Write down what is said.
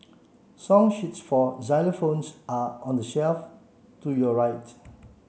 song sheets for xylophones are on the shelf to your right